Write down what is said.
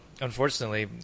Unfortunately